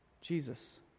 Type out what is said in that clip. Jesus